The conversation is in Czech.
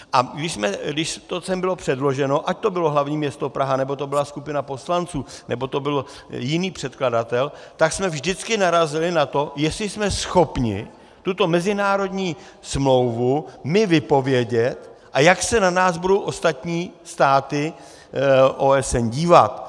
A když to sem bylo předloženo, ať to bylo hlavní město Praha, nebo to byla skupina poslanců, nebo to byl jiný předkladatel, tak jsme vždycky narazili na to, jestli jsme schopni tuto mezinárodní smlouvu my vypovědět a jak se na nás budou ostatní státy OSN dívat.